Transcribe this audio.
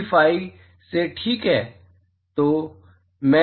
D फाइ से ठीक है